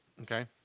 Okay